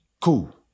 Cool